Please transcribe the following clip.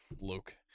Luke